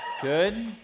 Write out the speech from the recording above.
Good